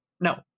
No